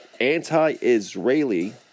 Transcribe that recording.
anti-Israeli